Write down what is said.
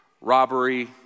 robbery